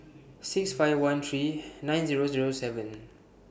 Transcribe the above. six five one three nine Zero Zero seven